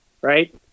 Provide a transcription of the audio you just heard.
right